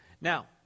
Now